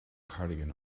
cardigan